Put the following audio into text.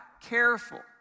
careful